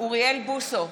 אוריאל בוסו,